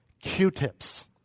Q-tips